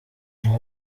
aba